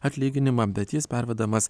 atlyginimą bet jis pervedamas